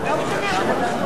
אני מסכים.